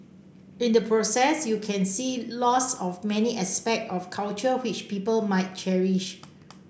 in the process you can see loss of many aspect of culture which people might cherish